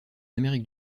amérique